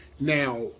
Now